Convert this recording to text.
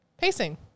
pacing